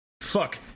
fuck